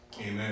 Amen